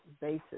basis